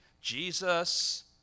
Jesus